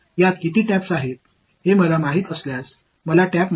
நான் இன்னும் நேரடி கணக்கீடு செய்ய முடியும்